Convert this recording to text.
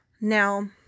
Now